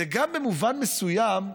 זה גם במובן מסוים,